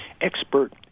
expert